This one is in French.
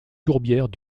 tourbières